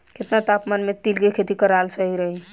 केतना तापमान मे तिल के खेती कराल सही रही?